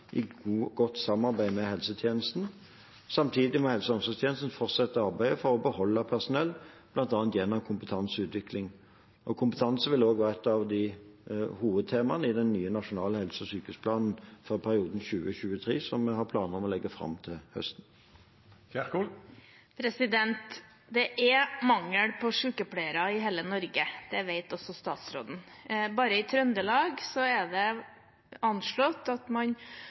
i godt samarbeid med helsetjenesten. Samtidig må helse- og omsorgstjenesten fortsette arbeidet for å beholde personell, bl.a. gjennom kompetanseutvikling. Kompetanse vil også være et av hovedtemaene i den nye nasjonale helse- og sykehusplanen for perioden 2020–2023, som vi har planer om å legge fram til høsten. Det er mangel på sykepleiere i hele Norge – det vet også statsråden. Bare i Trøndelag er det anslått at man